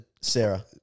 Sarah